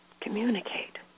Communicate